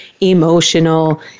emotional